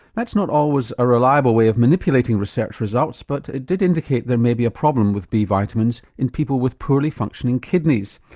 that's not always a reliable way of manipulating research results but it did indicate there may be a problem with b vitamins in people with poorly functioning kidneys.